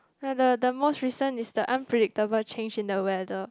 the the most recent is the unpredictable change in the weather